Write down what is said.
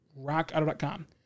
rockauto.com